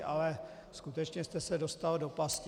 Ale skutečně jste se dostal do pasti.